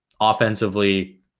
offensively